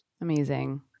amazing